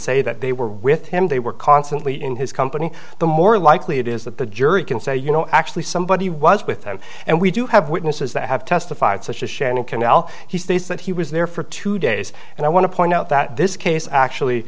say that they were with him they were constantly in his company the more likely it is that the jury can say you know actually somebody was with them and we do have witnesses that have testified such as shannon canal he states that he was there for two days and i want to point out that this case actually